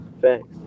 thanks